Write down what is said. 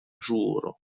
ĵuro